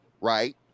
right